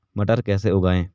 मटर कैसे उगाएं?